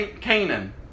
Canaan